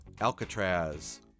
Alcatraz